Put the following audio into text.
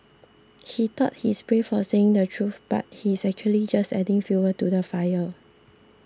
he thought he's brave for saying the truth but he's actually just adding fuel to the fire